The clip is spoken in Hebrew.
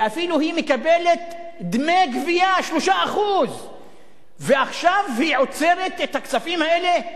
והיא אפילו מקבלת דמי גבייה של 3%. ועכשיו היא עוצרת את הכספים האלה.